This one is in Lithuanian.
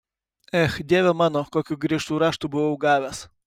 ech dieve mano kokių griežtų raštų buvau gavęs